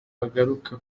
bagaruka